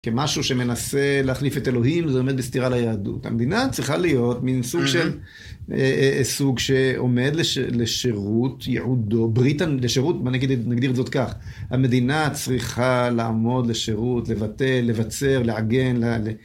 כמשהו שמנסה להחליף את אלוהים, זה עומד בסתירה ליהדות. המדינה צריכה להיות מין סוג של... סוג שעומד לשירות יעודו, בריתן, לשירות, נגדיר את זאת כך. המדינה צריכה לעמוד לשירות, לבטל, לבצר, לעגן.